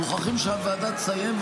מוכרחים שהוועדה תסיים,